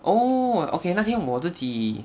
oh okay 那天我自己